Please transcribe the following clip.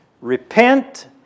Repent